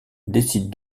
décide